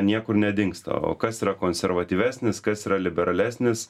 niekur nedingsta o kas yra konservatyvesnis kas yra liberalesnis